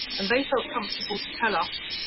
and they felt comfortable to tell us